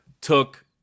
took